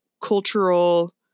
cultural